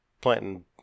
planting